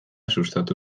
sustatu